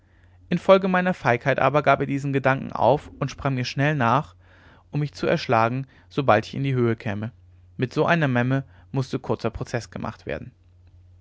infolge meiner feigheit aber gab er diesen gedanken auf und sprang mir schnell nach um mich zu erschlagen sobald ich in die höhe käme mit so einer memme mußte kurzer prozeß gemacht werden